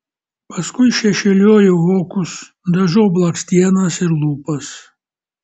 paskui šešėliuoju vokus dažau blakstienas ir lūpas